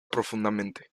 profundamente